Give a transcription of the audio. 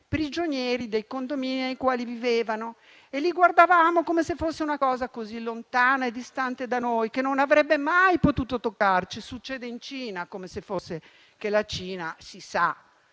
prigionieri nei condomini in cui vivevano e li guardavamo come fosse una cosa così lontana e distante da noi che non avrebbe mai potuto toccarci (succede in Cina, pensavamo; come se si sapesse